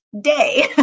day